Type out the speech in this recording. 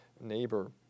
neighbor